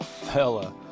fella